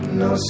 no